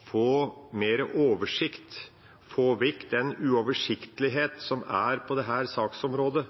få mer oversikt, få vekk den uoversiktlighet som er på dette saksområdet.